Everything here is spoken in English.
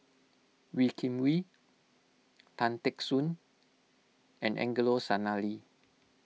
Wee Kim Wee Tan Teck Soon and Angelo Sanelli